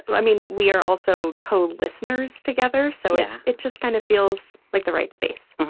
i mean, we are also cold listeners together. so yeah it just kind of feels like the right space.